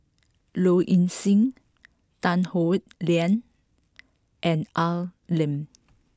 Low Ing Sing Tan Howe Liang and Al Lim